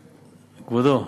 כבודו,